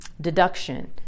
deduction